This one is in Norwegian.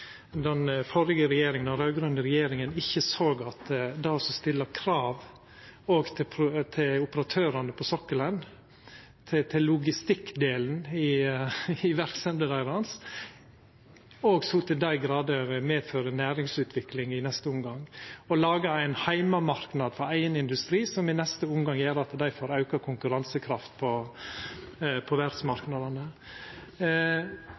den førre regjeringa, den raud-grøne, ikkje såg at det å stilla krav òg til operatørane på sokkelen, til logistikkdelen i verksemda deira, òg så til dei grader medfører næringsutvikling i neste omgang og lager ein heimemarknad for eigen industri som i neste omgang gjer at dei får auka konkurransekraft på